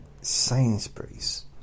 Sainsbury's